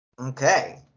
Okay